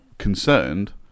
concerned